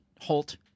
Holt